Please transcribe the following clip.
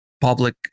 public